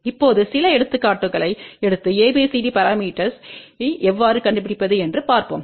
இப்போது சில எடுத்துக்காட்டுகளை எடுத்து ABCD பரமீட்டர்ஸ்வை எவ்வாறு கண்டுபிடிப்பது என்று பார்ப்போம்